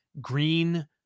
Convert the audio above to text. green